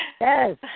Yes